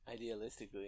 Idealistically